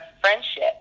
friendship